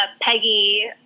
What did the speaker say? Peggy